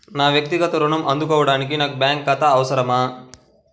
నా వక్తిగత ఋణం అందుకోడానికి నాకు బ్యాంక్ ఖాతా అవసరమా?